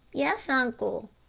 yes, uncle,